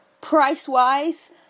Price-wise